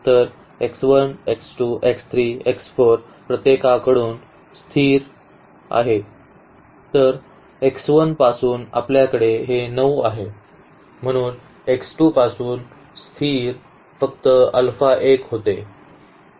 तर x1 x2 x3 x4 प्रत्येककडून स्थिर तर x1 पासून आपल्याकडे हे 9 आहे म्हणून x2 पासून स्थिर फक्त अल्फा 1 होते